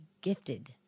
gifted